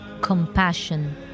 compassion